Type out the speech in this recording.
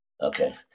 Okay